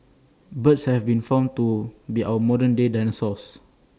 birds have been found to be our modern day dinosaurs